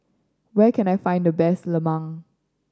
where can I find the best lemang